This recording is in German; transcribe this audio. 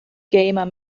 gamer